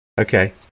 Okay